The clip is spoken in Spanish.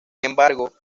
embargo